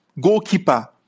goalkeeper